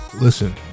listen